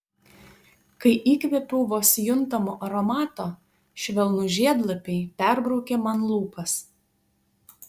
kai įkvėpiau vos juntamo aromato švelnūs žiedlapiai perbraukė man lūpas